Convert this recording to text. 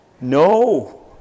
No